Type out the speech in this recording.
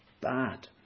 bad